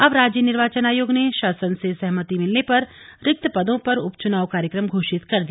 अब राज्य निर्वाचन आयोग ने शासन से सहमति मिलने पर रिक्त पदों पर उपचुनाव कार्यक्रम घोषित कर दिया